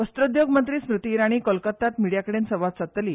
वस्त्रोद्योग मंत्री स्मृती इराणी कोलकत्तात मिडीयाकडेन संवाद साधतली